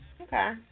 Okay